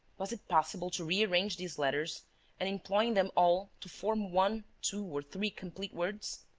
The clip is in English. was it possible to rearrange these letters and, employing them all, to form one, two or three complete words?